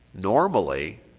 normally